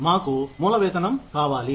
మాకు మూల వేతనం కావాలి